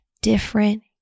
different